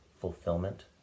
fulfillment